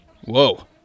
Whoa